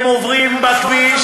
הם עוברים בכביש,